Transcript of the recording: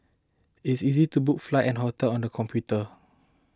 it is easy to book flights and hotel on the computer